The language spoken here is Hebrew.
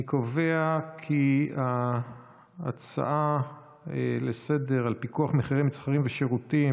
אני קובע כי ההצעה לסדר על פיקוח מחירים על מצרכים ושירותים,